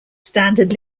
standard